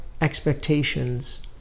expectations